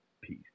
Peace